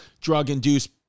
drug-induced